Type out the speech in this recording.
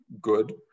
good